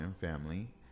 family